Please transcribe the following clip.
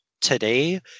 today